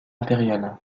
impérial